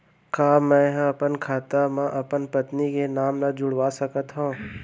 का मैं ह अपन खाता म अपन पत्नी के नाम ला जुड़वा सकथव?